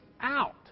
out